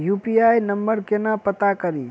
UPI number केना पत्ता कड़ी?